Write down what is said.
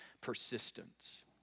persistence